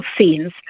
scenes